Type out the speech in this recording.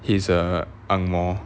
he's a ang moh